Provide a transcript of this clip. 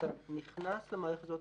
כשאתה נכנס למערכת הזאת,